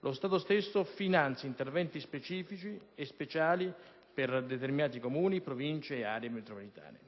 lo Stato stesso finanzia interventi speciali per determinati Comuni, Province, città metropolitane.